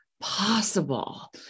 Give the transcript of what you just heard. possible